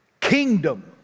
kingdom